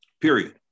period